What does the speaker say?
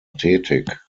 tätig